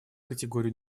категорию